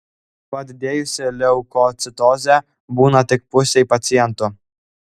padidėjusi leukocitozė būna tik pusei pacientų